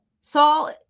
Saul